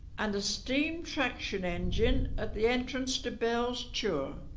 and a steam traction engine at the entrance to bell's tchure